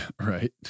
Right